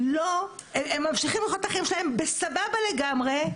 הם ממשיכים לחיות את החיים שלהם בסבבה לגמרי,